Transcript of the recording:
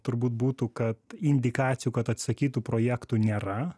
turbūt būtų kad indikacijų kad atsisakytų projektų nėra